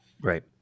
Right